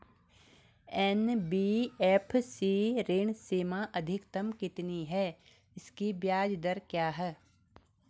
NBFC की ऋण सीमा अधिकतम कितनी है इसकी ब्याज दर क्या है?